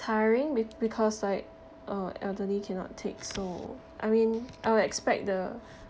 tiring be~ because like uh elderly cannot take so I mean I would expect the